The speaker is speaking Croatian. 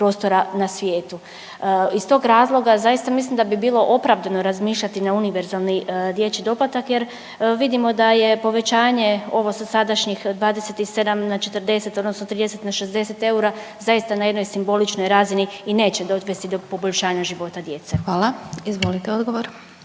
Hvala. Izvolite odgovor.